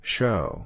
Show